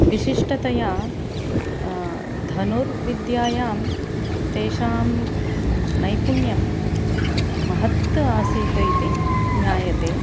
विशिष्टतया धनुर्विद्यायां तेषां नैपुण्यं महत् आसीत् इति ञायते